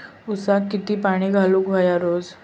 ऊसाक किती पाणी घालूक व्हया रोज?